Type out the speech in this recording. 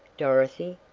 dorothy.